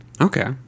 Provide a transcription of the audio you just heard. Okay